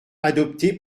adoptée